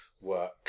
work